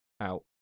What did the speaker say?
out